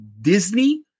Disney